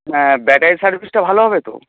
হ্যাঁ ব্যাটারি সার্ভিসটা ভালো হবে তো